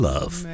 Love